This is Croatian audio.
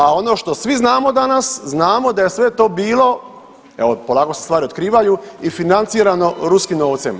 A ono što svi znamo danas, znamo da je sve to bilo, evo polako se stvari otkrivaju i financirano ruskim novcem.